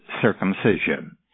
circumcision